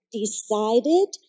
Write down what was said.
decided